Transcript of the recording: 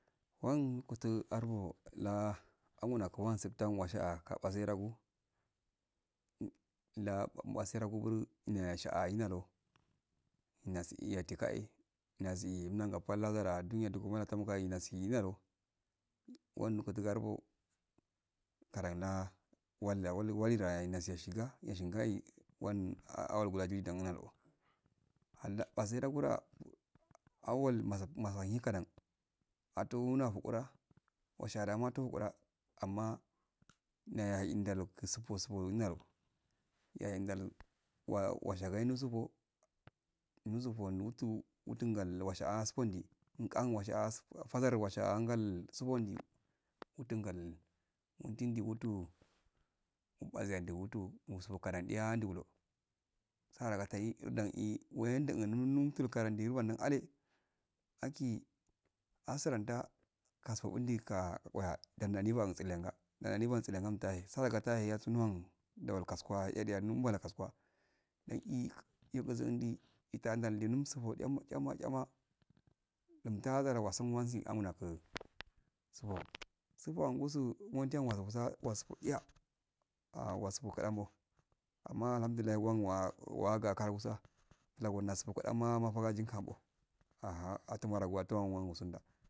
Wang gutu arbu la angel nakurma seftan washe ah kabase ragu. La wase ragu gu noya noshai ah ni ar nasita ka ehh nasi ngara pal ragara dum wu nasin ar wanini du garbo garam na walla wahi was nashika washingaye wan awal masa hinkadan situna fukura washa to lukura amma naya mu puspus gunaro ya eh indali washa gaye nusubu nusubu wo nuftu mudum gol washaka nusufdibn kan washa'al fasar washe'ah ngol sufundi mydingol mudidi hutu basegu hutu musu kads diya ndi bulo sagar teya nurdan eh wen tan gare eyyo ale aki asranda kaso andi ka ah danda nidi was langa danda nkiwesilinga intahe sawa kahe nasuewan ndal ko kasuguwan eheya eleyan kasuguwa. ndiin eeh gusundi ilanda summo kyamo kyama mtar gare osun wansi amunogi sufun sufun maranta wasun iya ah wasuin maranta wasun iya ah wasum kafambo amma alhamdolillahi wan waga kal usa lau oh osum ah mafaji kambo ahawatu maraka wasun da